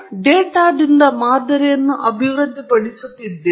ನೀವು ಡೇಟಾದಿಂದ ಮಾದರಿಯನ್ನು ಅಭಿವೃದ್ಧಿಪಡಿಸುತ್ತಿದ್ದೀರಿ